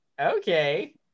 Okay